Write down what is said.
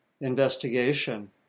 investigation